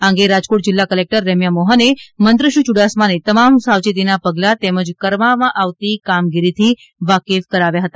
આ અંગે રાજકોટ જીલ્લા કલેકટર રેમ્યા મોહને મંત્રીશ્રી યુડાસમાને તમામ સાવચેતીના પગલાં તેમજ કરવામાં આવતી કામગીરીથી વાકેફ કરાવ્યા હતા